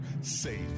safe